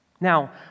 Now